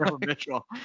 Mitchell